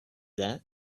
that